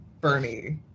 Bernie